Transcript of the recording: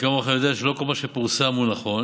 מי כמוך יודע שלא כל מה שמפורסם הוא נכון,